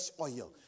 oil